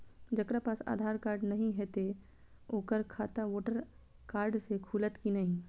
जकरा पास आधार कार्ड नहीं हेते ओकर खाता वोटर कार्ड से खुलत कि नहीं?